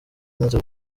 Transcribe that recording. amaze